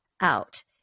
out